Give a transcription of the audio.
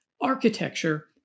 architecture